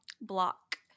Block